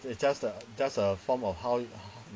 it's just a just a form of how you